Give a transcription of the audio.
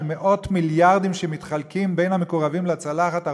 של מאות מיליארדים שמתחלקים בין המקורבים לצלחת,